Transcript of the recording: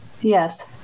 yes